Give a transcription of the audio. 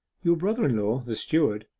your brother-in-law, the steward,